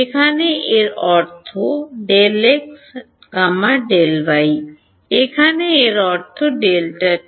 এখানে এর অর্থ Δx Δy এখানে এর অর্থ Δt